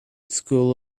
school